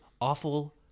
awful